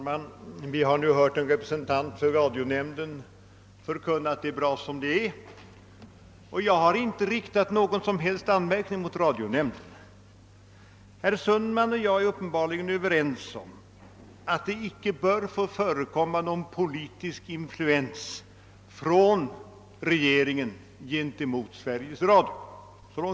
Herr talman! Vi har nu hört en representant för radionämnden förkunna att det är bra som det är, och jag har inte heller riktat någon som helst anmärkning mot radionämnden. Herr Sundman och jag är uppenbarligen överens om att det icke bör få förekomma någon politisk influens från regeringen gentemot Sveriges Radio.